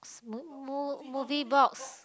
mo~ mo~ movie box